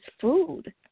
food